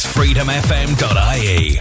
FreedomFM.ie